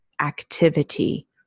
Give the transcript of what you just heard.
activity